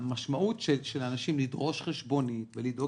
המשמעות של אנשים לדרוש חשבונית ולדאוג